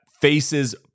faces